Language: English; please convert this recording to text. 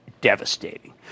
devastating